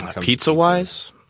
Pizza-wise